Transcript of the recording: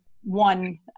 one